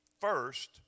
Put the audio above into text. first